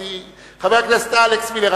חבר הכנסת אלכס מילר,